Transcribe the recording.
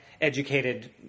educated